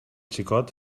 xicot